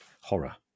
horror